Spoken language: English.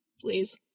please